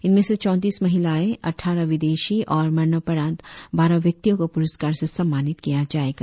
इनमे से चौतींस महिलाएं अटठारह विदेशी और मरणोपरांत बारह व्यक्तियों को पुरस्कार से सम्मानित किया जायेगा